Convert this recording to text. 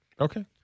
Okay